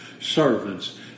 servants